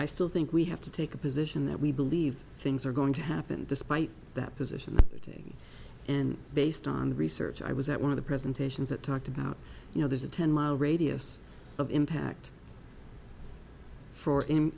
i still think we have to take a position that we believe things are going to happen despite that position and based on the research i was at one of the presentations that talked about you know there's a ten mile radius of impact for him